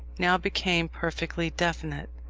now became perfectly definite.